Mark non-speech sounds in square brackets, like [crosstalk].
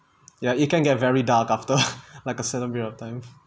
ya it can get very dark after [breath] like a certain period of time